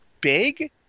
big